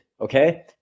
okay